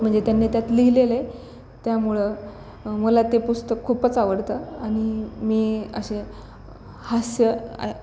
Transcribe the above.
म्हणजे त्यांनी त्यात लिहिलेलं आहे त्यामुळं मला ते पुस्तक खूपच आवडतं आणि मी असे हास्य